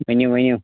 ؤنِو ؤنِو